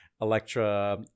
Electra